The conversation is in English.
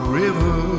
river